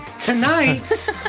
Tonight